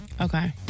Okay